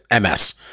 MS